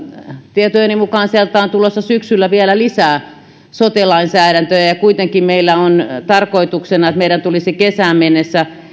tietojeni mukaan sieltä on tulossa syksyllä vielä lisää sote lainsäädäntöä ja ja kuitenkin meillä on tarkoituksena että meidän tulisi kesään mennessä